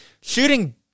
Shooting